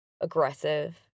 aggressive